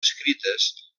escrites